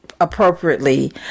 appropriately